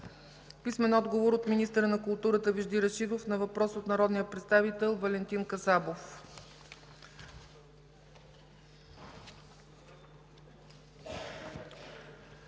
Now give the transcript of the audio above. Ахмедов; - министъра на културата Вежди Рашидов на въпрос от народния представител Валентин Касабов.